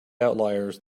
outliers